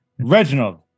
Reginald